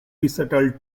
resettled